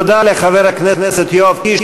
תודה לחבר הכנסת יואב קיש.